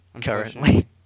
currently